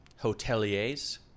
hoteliers